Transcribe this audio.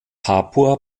papua